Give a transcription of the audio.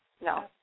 No